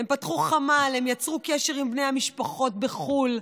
הם פתחו חמ"ל, הם יצרו קשר עם בני המשפחות בחו"ל,